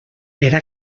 era